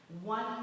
One